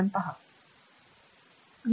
१ पहायची असेल तर